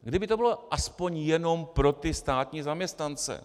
Kdyby to bylo aspoň jenom pro ty státní zaměstnance.